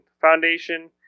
Foundation